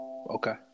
Okay